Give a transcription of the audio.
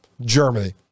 germany